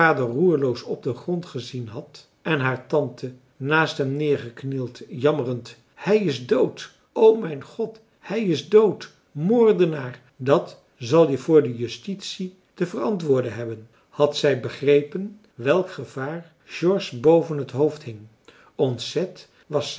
roerloos op den grond gezien had en haar tante naast hem neergeknield jammerend hij is dood o mijn god hij is dood moordenaar dat zal je voor de justitie te verantwoorden hebben had zij begrepen welk gevaar george boven het hoofd hing ontzet was